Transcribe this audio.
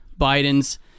Biden's